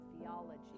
theology